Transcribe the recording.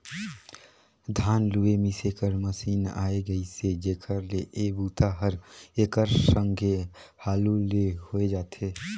धान लूए मिसे कर मसीन आए गेइसे जेखर ले ए बूता हर एकर संघे हालू ले होए जाथे